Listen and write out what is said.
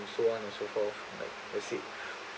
so on and so forth like per se